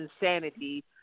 insanity